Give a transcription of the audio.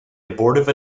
abortive